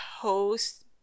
post